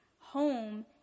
home